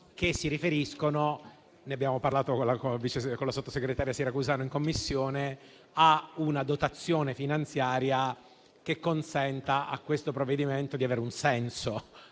che si riferiscono - ne abbiamo parlato in Commissione con la sottosegretaria Siracusano - a una dotazione finanziaria che consenta a questo provvedimento di avere un senso.